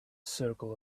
circle